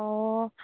অঁ